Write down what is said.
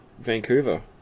Vancouver